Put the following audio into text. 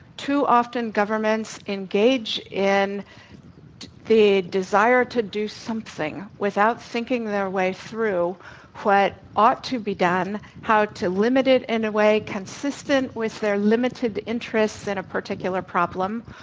too often, governments engage in the desire to do something without thinking their way through what ought to be done, how to limit it in a way consistent with their limited interests in a particular problem,